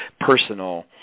personal